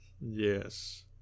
Yes